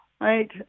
right